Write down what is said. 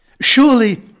surely